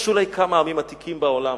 יש אולי כמה עמים עתיקים בעולם,